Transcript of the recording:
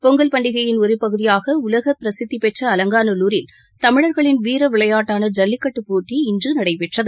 பொங்கல் பண்டிகையின் ஒரு பகுதியாக உலக பிரசித்திபெற்ற அலங்காநல்லூரில் இன்று தமிழா்களின் வீரவிளையாட்டான ஜல்லிக்கட்டுப் போட்டி இன்று நடைபெற்றது